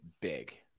big